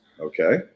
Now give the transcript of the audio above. Okay